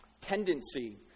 tendency